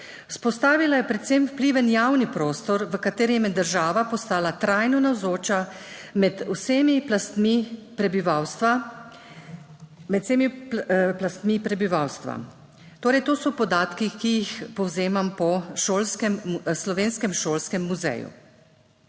Vzpostavila je predvsem vpliven javni prostor, v katerem je država postala trajno navzoča med vsemi plastmi prebivalstva. Torej, to so podatki, ki jih povzemam po Slovenskem šolskem muzeju.